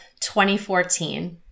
2014